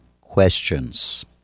questions